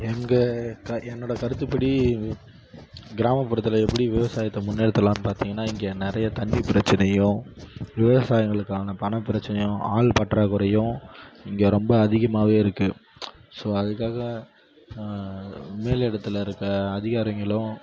எங்கள் க என்னோடய கருத்துப்படி கிராமப்புறத்தில் எப்படி விவசாயத்தை முன்னேற்றலான்னு பார்த்தீங்கன்னா இங்கே நிறைய தண்ணி பிரச்சினையும் விவசாயிகளுக்கான பணப் பிரச்சனையும் ஆள் பற்றாக்குறையும் இங்கே ரொம்ப அதிகமாகவே இருக்குது ஸோ அதுக்காக மேல் இடத்துல இருக்கற அதிகாரிங்களும்